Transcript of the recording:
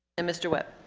and mr. webb.